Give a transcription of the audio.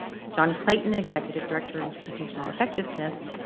john clayton, executive director institutional effectiveness,